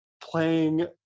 playing